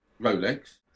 Rolex